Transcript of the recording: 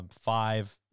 Five